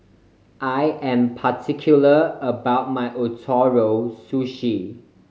I am particular about my Ootoro Sushi